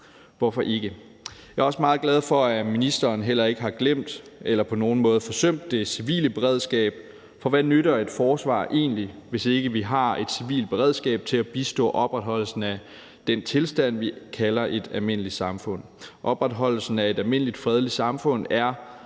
Hvorfor ikke? Jeg er også meget glad for, at ministeren heller ikke har glemt eller på nogen måde har forsømt det civile beredskab, for hvad nytter et forsvar egentlig, hvis ikke vi har et civilt beredskab til at bistå opretholdelsen af den tilstand, vi kalder et almindeligt samfund? Opretholdelsen af et almindeligt, fredeligt samfund er